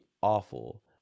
awful